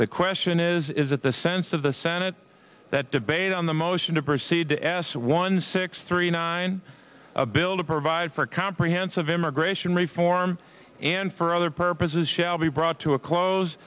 the question is is that the sense of the senate that debate on the motion to proceed to ass one six three nine a building provide for comprehensive immigration reform and for other purposes shall be brought to a close